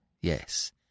yes